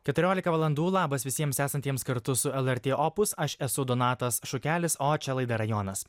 keturiolia valandų labas visiems esantiems kartu su lrt opus aš esu donatas šukelis o čia laida rajonas